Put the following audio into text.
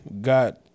got